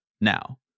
now